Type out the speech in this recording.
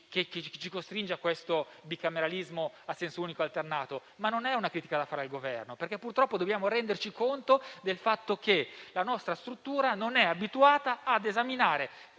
che ci costringe a questo bicameralismo a senso unico alternato, ma non è una critica da fare al Governo, perché purtroppo dobbiamo renderci conto del fatto che la nostra struttura non è abituata ad esaminare